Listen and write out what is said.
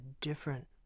different